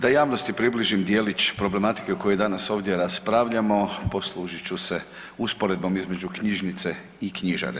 Da javnosti približim djelić problematike koji danas raspravljamo poslužit ću se usporedbom između knjižnice i knjižare.